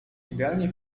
idealnie